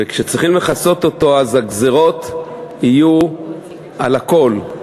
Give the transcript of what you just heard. וכשצריכים לכסות אותו, אז הגזירות יהיו על הכול.